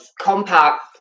Compact